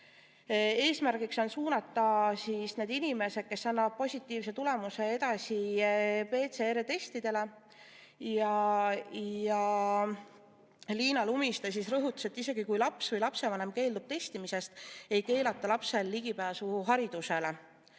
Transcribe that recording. eesmärk on suunata need inimesed, kes annavad positiivse tulemuse, edasi PCR‑testi tegema. Liina Lumiste rõhutas, et isegi kui laps või lapsevanem keeldub [lapse] testimisest, ei keelata lapsele ligipääsu haridusele.